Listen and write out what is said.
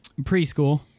preschool